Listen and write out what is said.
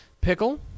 Pickle